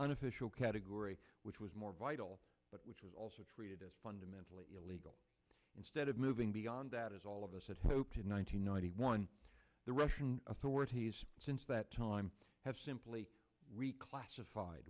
unofficial category which was more vital but which was also treated as fundamentally illegal instead of moving beyond that as all of us had hoped in one thousand nine hundred one the russian authorities since that time have simply reclassified